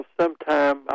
sometime